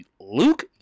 Luke